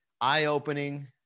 eye-opening